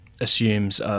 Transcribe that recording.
assumes